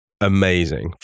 amazing